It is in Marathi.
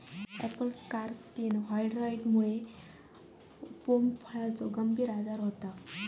ॲपल स्कार स्किन व्हायरॉइडमुळा पोम फळाचो गंभीर आजार होता